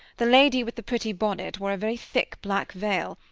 the lady with the pretty bonnet wore a very thick black veil.